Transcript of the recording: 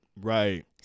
Right